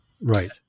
Right